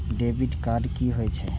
Debit card कि होई छै?